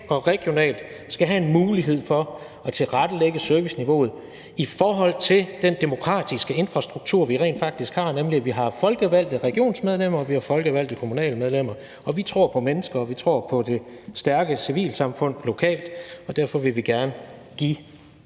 og regionalt skal have en mulighed for at tilrettelægge serviceniveauet i forhold til den demokratiske infrastruktur, vi rent faktisk har, nemlig at vi har folkevalgte regionsrådsmedlemmer, og vi har folkevalgte kommunalbestyrelsesmedlemmer. Og vi tror på mennesker, og vi tror på det stærke civilsamfund lokalt. Derfor vil vi gerne give